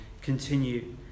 Continue